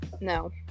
No